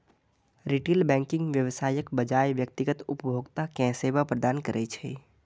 retail banking व्यवसायक बजाय व्यक्तिगत उपभोक्ता कें सेवा प्रदान करै छै